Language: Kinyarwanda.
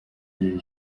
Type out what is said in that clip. iri